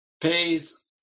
pays